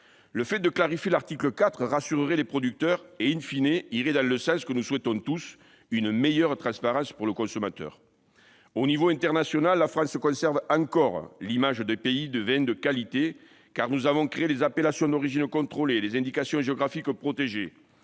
Le fait de clarifier l'article 4 rassurerait les producteurs et irait dans le sens que nous souhaitons tous, à savoir une meilleure transparence pour le consommateur. À l'échelon international, la France conserve encore l'image du Pays des Vins de qualité, car nous avons créé l'appellation d'origine contrôlée et l'indication géographique protégée.